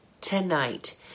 tonight